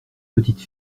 petite